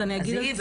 אז אני אגיד,